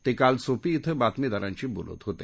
ते काल सोपी क्रे बातमीदारांशी बोलत होते